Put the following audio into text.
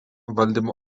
valdymo